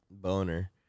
Boner